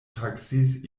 taksis